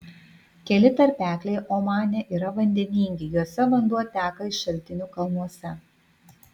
keli tarpekliai omane yra vandeningi juose vanduo teka iš šaltinų kalnuose